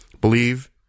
Believe